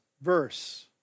verse